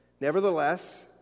Nevertheless